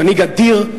מנהיג אדיר,